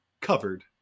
Covered